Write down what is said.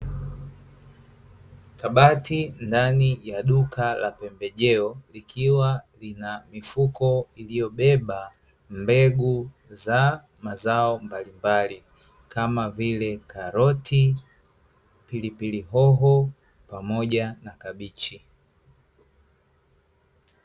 Kabati ndani ya duka la pembejeo, likiwa lina mifuko iliyobeba mbegu za mazao mbalimbali, kama vile karoti, pilipili hoho, pamoja na kabichi.